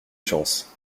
chance